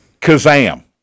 Kazam